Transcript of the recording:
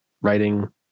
writing